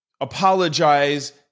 apologize